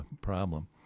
problem